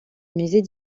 musée